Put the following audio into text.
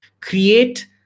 create